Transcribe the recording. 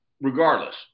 regardless